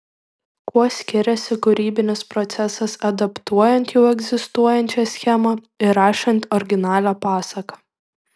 kuo skiriasi kūrybinis procesas adaptuojant jau egzistuojančią schemą ir rašant originalią pasaką